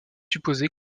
supposer